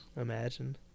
Imagine